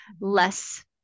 less